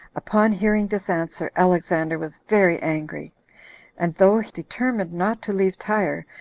upon hearing this answer, alexander was very angry and though he determined not to leave tyre,